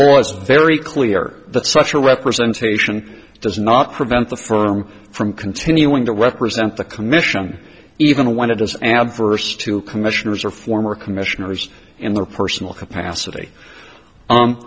is very clear that such a representation does not prevent the firm from continuing to represent the commission even when it is adverse to commissioners or former commissioners in their personal capacity